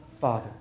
father